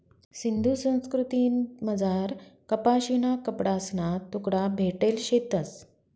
सिंधू संस्कृतीमझार कपाशीना कपडासना तुकडा भेटेल शेतंस